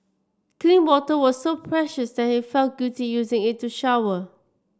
clean water was so precious that he felt guilty using it to shower